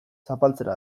zapaltzera